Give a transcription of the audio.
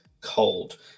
cold